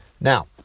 Now